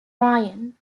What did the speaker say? ryan